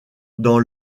dans